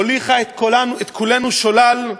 הוליכה את כולנו שולל,